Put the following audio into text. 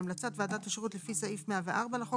בהמלצת ועדת השירות לפי סעיף 104 לחוק